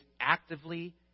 actively